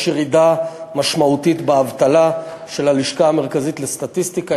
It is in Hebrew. יש ירידה משמעותית באבטלה בנתונים של הלשכה המרכזית לסטטיסטיקה.